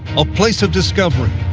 a place of discovery,